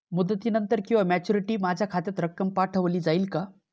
मुदतीनंतर किंवा मॅच्युरिटी माझ्या खात्यात रक्कम पाठवली जाईल का?